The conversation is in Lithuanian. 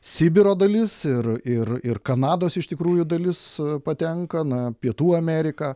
sibiro dalis ir ir ir kanados iš tikrųjų dalis patenka na pietų amerika